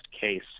case